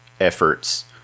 efforts